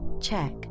check